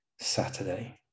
Saturday